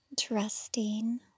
trusting